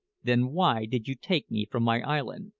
then why did you take me from my island,